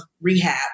rehab